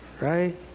Right